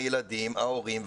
הילד שלי היה לפני